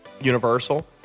Universal